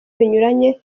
binyuranye